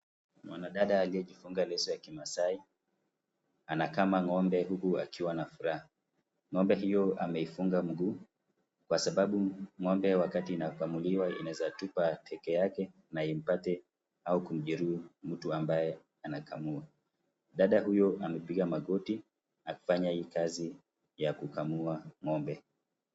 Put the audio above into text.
Mwanadada aliyejifunga leso ya kimasaai anakama ng'ombe huku akiwa na furaha. Ng'ombe hiyo ameifunga miguu kwa sababu ng'ombe wakati inakamuliwa inaezatupa teke yake na imupate au kumjeruhi mtu ambaye anakamua. Dada huyo amepiga magoti akifanya hii kazi ya kukamua ng'ombe.